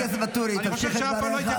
חבר הכנסת ואטורי, תמשיך את דבריך.